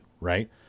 Right